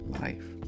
life